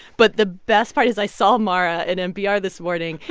but the best part is i saw mara at npr this morning.